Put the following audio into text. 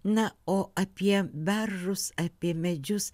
na o apie beržus apie medžius